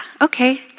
okay